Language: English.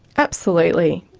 absolutely.